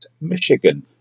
Michigan